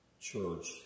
church